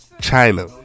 China